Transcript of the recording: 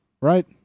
right